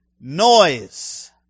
noise